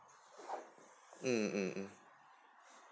mm mm mm